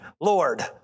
Lord